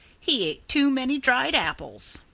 he ate too many dried apples.